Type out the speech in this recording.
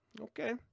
Okay